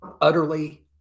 utterly